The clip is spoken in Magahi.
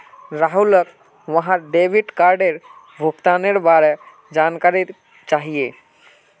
राहुलक वहार डेबिट कार्डेर भुगतानेर बार जानकारी चाहिए